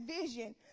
vision